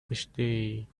birthday